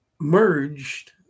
merged